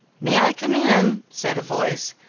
may i come in? said a voice,